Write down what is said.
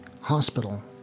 hospital